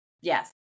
yes